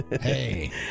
Hey